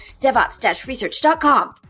DevOps-research.com